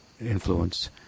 influence